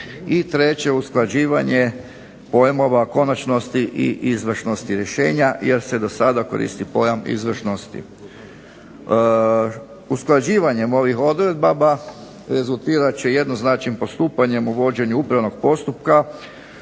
treće, usklađivanje pojmova konačnosti i izvršnosti rješenja, jer se do sada koristi pojam izvršnosti. Usklađivanjem ovih odredaba rezultirat će jednoznačnim postupanjem, uvođenjem upravnog postupka